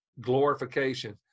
glorification